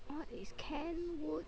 what is Kenwood